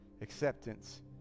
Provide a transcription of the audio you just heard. Acceptance